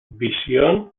visión